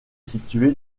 située